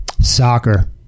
Soccer